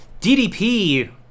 DDP